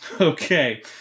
okay